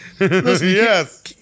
Yes